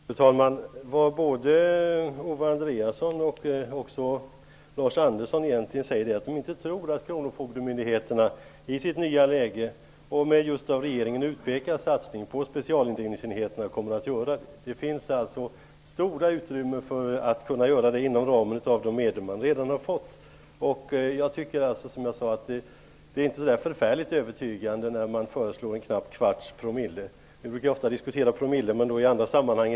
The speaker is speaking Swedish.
Fru talman! Både Owe Andreasson och Lars Andersson säger egentligen att de inte tror att kronofogdemyndigheterna kommer att satsa på den av regeringen utpekade sepcialindrivningsenheten. Det finns stora utrymmen att göra det med de medel man redan fått. Jag tycker inte att det är så övertygande när man föreslår en knapp kvarts promille. Vi diskuterar ju ofta promille här i kammaren, men då i andra sammanhang.